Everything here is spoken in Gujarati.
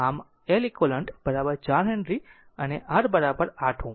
આમ Leq 4 હેનરી અને R 8 Ω